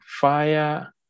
fire